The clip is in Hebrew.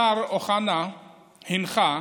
השר אוחנה הנחה